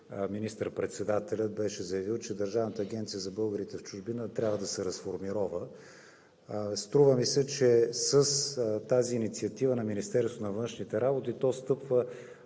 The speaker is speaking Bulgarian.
министър-председателят беше заявил, че Държавната агенция за българите в чужбина трябва да се разформирова. Струва ми се, че с тази инициатива на Министерството на външните работи то стъпва